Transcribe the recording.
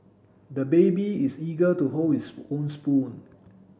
the baby is eager to hold his own spoon